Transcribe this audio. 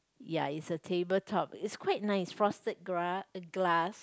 ya is a table top it's quite nice frosted grass uh glass